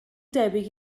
debyg